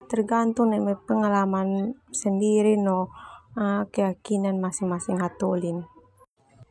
Tergantung neme pengalaman sendiri no keyakinan masing masing hataholi.